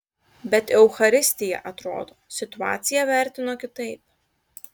bet eucharistija atrodo situaciją vertino kitaip